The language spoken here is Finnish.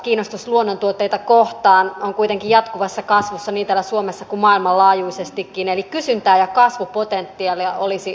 kiinnostus luonnontuotteita kohtaan on kuitenkin jatkuvassa kasvussa niin täällä suomessa kuin maailmanlaajuisestikin eli kysyntää ja kasvupotentiaalia olisi runsaasti